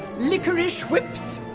liquorice whips!